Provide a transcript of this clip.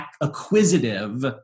acquisitive